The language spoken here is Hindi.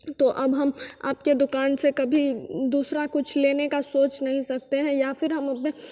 तो अब हम आपके दुकान से कभी दूसरा कुछ लेने का सोच नहीं सकते हैं या फिर हम अपने